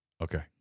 okay